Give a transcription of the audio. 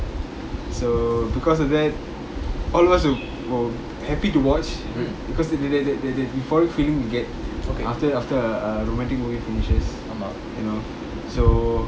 so because of that all of us w~ were happy to watch because the the the the the feeling you get after after uh a romantic movie finishes you know so